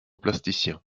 plasticien